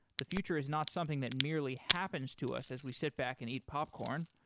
the future is not something that merely happens to us as we sit back and eat popcorn.